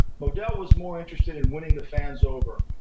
modell was more interested in winning the fans over,